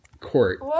court